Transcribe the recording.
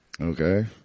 Okay